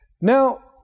Now